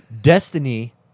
Destiny